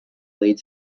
blade